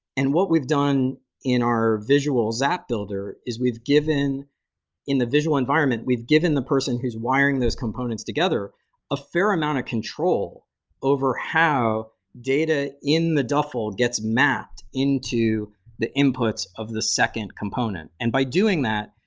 and what we've done in our visual xap builder is we've given in the visual environment, we've given the person who's wiring those components together a fair amount of control over how data in the duffle gets mapped into the inputs of the second component. and by doing that,